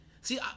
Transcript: see